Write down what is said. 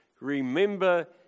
remember